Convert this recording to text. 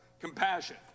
Compassion